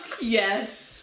yes